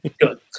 Good